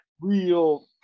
Real